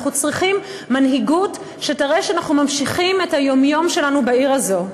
אנחנו צריכים מנהיגות שתראה שאנחנו ממשיכים את היום-יום שלנו בעיר הזאת.